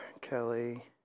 Kelly